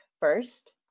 first